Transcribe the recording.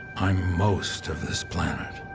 i'm most of this planet.